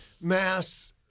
mass